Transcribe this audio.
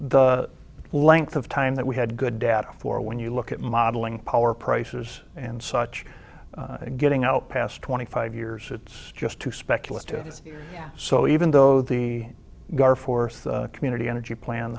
the length of time that we had good data for when you look at modeling power prices and such getting out past twenty five years it's just too speculative so even though the guard force community energy plan